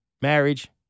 Marriage